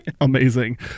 Amazing